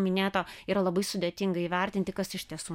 minėto yra labai sudėtinga įvertinti kas iš tiesų